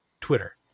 twitter